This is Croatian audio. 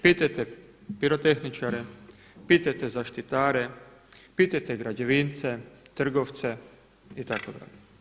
Pitajte pirotehničare, pitajte zaštitare, pitajte građevince, trgovce itd.